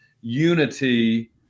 unity